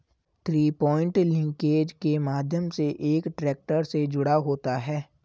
three point linkage के माध्यम से एक ट्रैक्टर से जुड़ा होता है